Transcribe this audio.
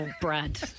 Brad